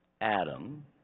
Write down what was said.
Adam